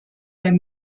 der